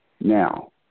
Now